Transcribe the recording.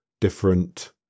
different